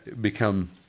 become